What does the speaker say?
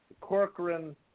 Corcoran